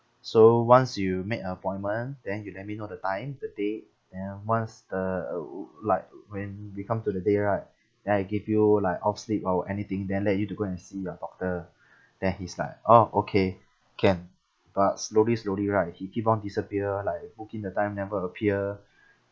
so once you make an appointment then you let me know the time the date then once the uh oo like when we come to the day right then I give you like off slip or anything then let you to go and see your doctor then he's like orh okay can but slowly slowly right he keep on disappear like cooking the time never appear